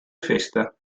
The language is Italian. festa